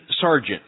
sergeant